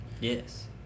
Yes